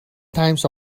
times